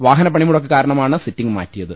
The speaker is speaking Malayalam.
വാഹ നപണിമുടക്ക് കാരണമാണ് സിറ്റിംഗ് മാറ്റിയത്